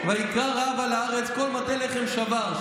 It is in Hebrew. ויקרא רעב על הארץ כל מטה לחם שבר.